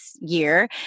year